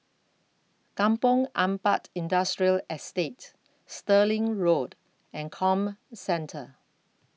Kampong Ampat Industrial Estate Stirling Road and Comcentre